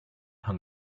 hung